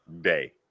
day